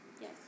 Yes